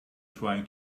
trying